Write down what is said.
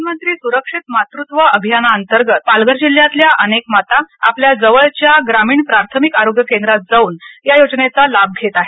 प्रधानमंञी सुरक्षित मातुत्व योजने अंतर्गत पालघर जिल्हयातल्या अनेक माता आपल्या जवळच्या प्राथमिक आरोग्य केंद्रात जाऊन या योजनेचा लाभ घेत आहेत